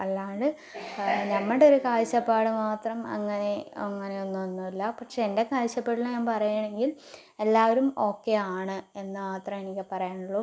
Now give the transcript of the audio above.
അല്ലാണ്ട് നമ്മുടെ ഒരു കാഴ്ചപ്പാട് മാത്രം അങ്ങനെ അങ്ങനെയൊന്നും ഒന്നുല്ല പക്ഷേ എൻ്റെ കാഴ്ചപ്പാടില് ഞാൻ പറയുകയാണെങ്കിൽ എല്ലാവരും ഓക്കെ ആണ് എന്ന് മാത്രമേ എനിക്ക് പറയാനുള്ളൂ